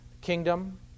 kingdom